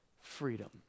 freedom